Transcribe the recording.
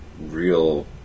real